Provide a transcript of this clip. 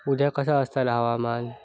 उद्या कसा आसतला हवामान?